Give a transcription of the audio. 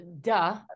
duh